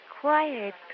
quiet